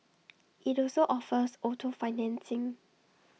IT also offers auto financing